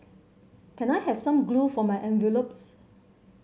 can I have some glue for my envelopes